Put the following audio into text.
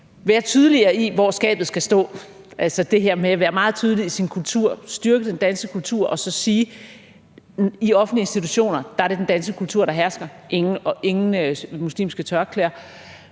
meget tydelig i sin kultur, styrke den danske kultur og så sige: I offentlige institutioner er det den danske kultur, der hersker – ingen muslimske tørklæder,